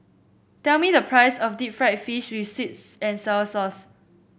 tell me the price of Deep Fried Fish with sweets and sour sauce